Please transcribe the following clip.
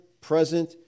present